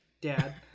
Dad